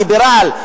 ליברל,